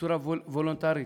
בצורה וולונטרית.